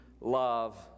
love